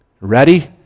Ready